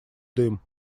дым